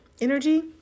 energy